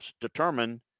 determine